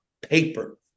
paper